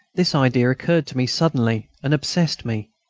this idea occurred to me suddenly and obsessed me.